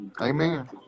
amen